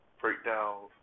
Breakdowns